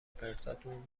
پرتاتون